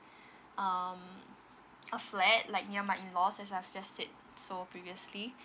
um a flat like near my in laws just I've just said so previously